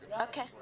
Okay